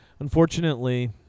Unfortunately